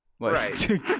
Right